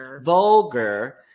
Vulgar